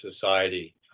society